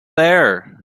there